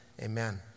amen